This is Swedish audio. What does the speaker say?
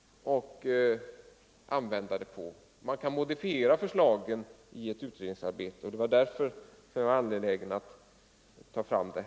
Man kan vid utredningsarbetet modifiera förslagen. Det var det jag var angelägen att framhålla.